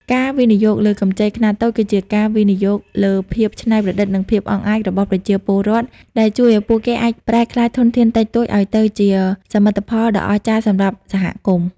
ការវិនិយោគលើកម្ចីខ្នាតតូច គឺជាការវិនិយោគលើភាពច្នៃប្រឌិត និងភាពអង់អាចរបស់ប្រជាពលរដ្ឋ ដែលជួយឱ្យពួកគេអាចប្រែក្លាយធនធានតិចតួចឱ្យទៅជាសមិទ្ធផលដ៏អស្ចារ្យសម្រាប់សហគមន៍។